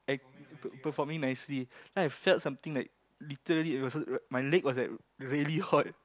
I per~ performing nicely then I felt something like literally it was my leg was like really hot